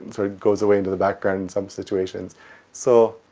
sort of goes away into the background in some situations so,